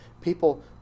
People